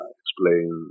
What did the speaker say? explain